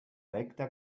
recta